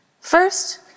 First